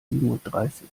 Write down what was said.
siebenunddreißig